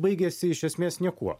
baigėsi iš esmės niekuo